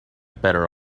better